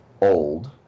old